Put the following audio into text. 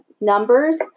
numbers